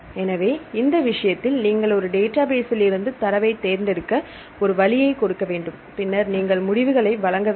எனவே இந்த விஷயத்தில் நீங்கள் ஒரு டேட்டாபேஸ்லிருந்து தரவைத் தேர்ந்தெடுக்க ஒரு வழியைக் கொடுக்க வேண்டும் பின்னர் நீங்கள் முடிவுகளை வழங்க வேண்டும்